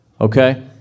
Okay